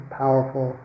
powerful